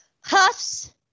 huffs